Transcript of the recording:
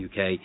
UK